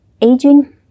Aging